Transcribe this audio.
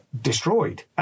destroyed